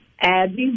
Abby